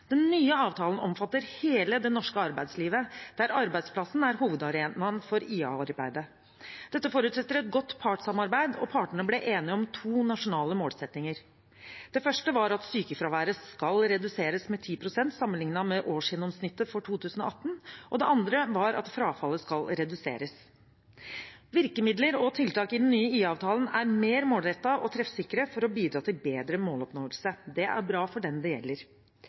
Den nye avtalen omfatter hele det norske arbeidslivet, der arbeidsplassen er hovedarenaen for IA-arbeidet. Dette forutsetter et godt partssamarbeid, og partene ble enige om to nasjonale målsettinger. Det første var at sykefraværet skal reduseres med 10 pst. sammenlignet med årsgjennomsnittet for 2018, og det andre var at frafallet skal reduseres. Virkemidler og tiltak i den nye IA-avtalen er mer målrettede og treffsikre for å bidra til bedre måloppnåelse. Det er bra for dem det gjelder.